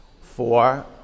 Four